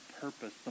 purpose